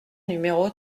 numéro